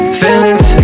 feelings